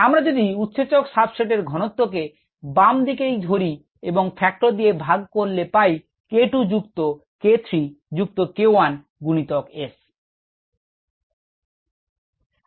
আমরা যদি উৎসেচক সাবস্ট্রেট এর ঘনত্ব কে বাম দিকে ই ধরি এবং ফ্যাক্টর দিয়ে ভাগ করলে পাই k 2 যুক্ত k 3 যুক্ত k 1 গুনিতক S